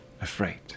afraid